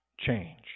change